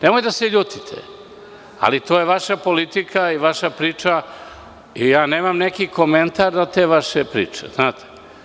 Nemojte da se ljutite, ali to je vaša politika i vaša priča i je nemam neki komentar do te vaše priče, znate?